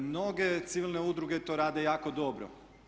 Mnoge civilne udruge to rade jako dobro.